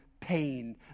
pain